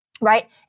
right